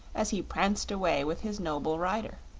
as he pranced away with his noble rider.